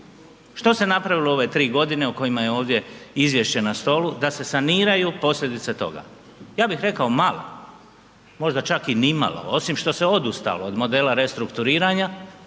Što se napravilo u ove tri godine o kojima je ovdje izvješće na stolu da se saniraju posljedice toga? Ja bih rekao malo, možda čak nimalo osim što se odustalo od modela restrukturiranja,